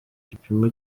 gipimo